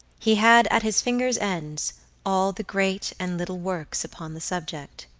he had at his fingers' ends all the great and little works upon the subject.